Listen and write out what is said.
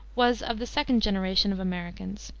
was of the second generation of americans,